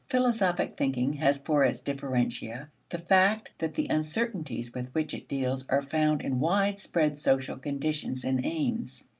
philosophic thinking has for its differentia the fact that the uncertainties with which it deals are found in widespread social conditions and aims,